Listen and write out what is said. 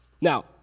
Now